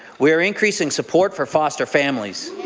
we are increasing support for foster families.